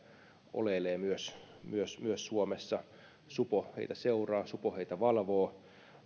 oleilee myös myös suomessa supo heitä seuraa supo heitä valvoo